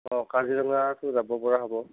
অঁ কাজিৰঙাতো যাব পৰা হ'ব